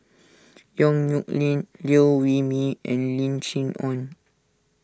Yong Nyuk Lin Liew Wee Mee and Lim Chee Onn